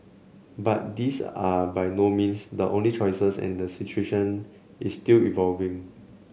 but these are by no means the only choices and the situation is still evolving